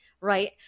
right